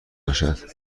باشد